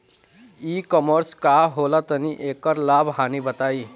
ई कॉमर्स का होला तनि एकर लाभ हानि बताई?